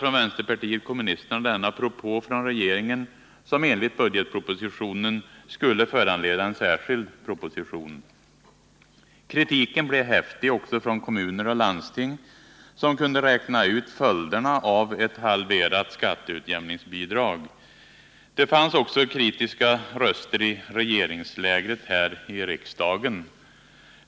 Från vänsterpartiet kommunisterna avvisade vi denna propå från regeringen som enligt budgetpropositionen skulle föranleda en särskild proposition. Kritiken blev häftig också från kommuner och landsting, som kunde räkna ut vilka följderna skulle bli av ett halverat skatteutjämningsbidrag. Det fanns också kritiska röster i regeringslägret här i riksdagen.